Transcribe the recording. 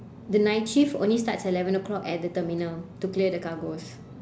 the night shift only starts at eleven o'clock at the terminal to clear the cargos